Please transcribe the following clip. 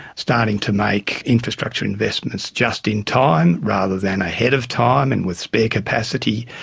starting to make infrastructure investments just in time rather than ahead of time and with spare capacity.